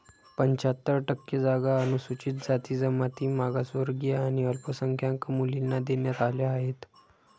पंच्याहत्तर टक्के जागा अनुसूचित जाती, जमाती, मागासवर्गीय आणि अल्पसंख्याक मुलींना देण्यात आल्या आहेत